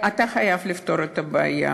אתה חייב לפתור את הבעיה,